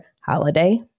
holiday